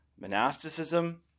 monasticism